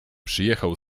przyjechał